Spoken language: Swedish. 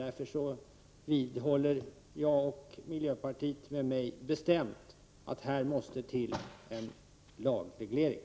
Därför vidhåller jag och miljöpartiet med mig bestämt att här måste till en lagreglering.